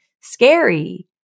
scary